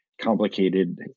complicated